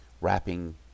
wrapping